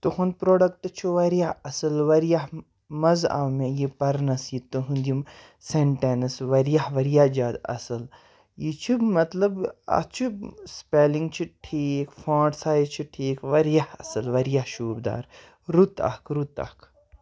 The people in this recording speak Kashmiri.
تُہُنٛد پرٛوڈَکٹ چھُ واریاہ اَصٕل واریاہ مَزٕ آو مےٚ یہِ پَرنَس یہِ تُہُنٛد یِم سٮ۪نٹٮ۪نٕس واریاہ واریاہ جادٕ اَصٕل یہِ چھُ مطلب اَتھ چھُ سٕپٮ۪لِنٛگ چھُ ٹھیٖک فونٹ سایز چھِ ٹھیٖک واریاہ اَصٕل واریاہ شوٗبدار رُت اَکھ رُت اَکھ